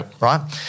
right